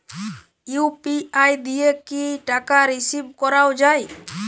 UPI দিয়ে কি টাকা রিসিভ করাও য়ায়?